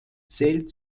zählt